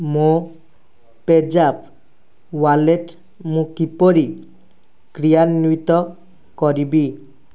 ମୋ PayZapp wallet ମୁଁ କିପରି କ୍ରିୟାନ୍ଵିତ କରିବି